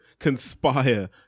conspire